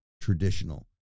traditional